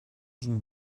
ging